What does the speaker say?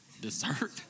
dessert